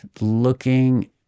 looking